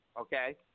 okay